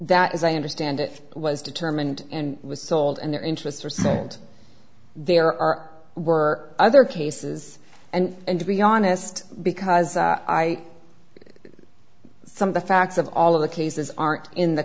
that as i understand it was determined and was sold and their interests were sent there are were other cases and to be honest because i some of the facts of all of the cases aren't in the